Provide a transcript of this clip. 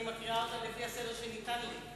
ואני קוראת אותה לפי הסדר שניתן לי.